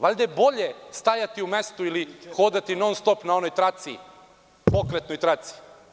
Valjda je bolje stajati u mestu ili hodati non-stop na onoj pokretnoj traci.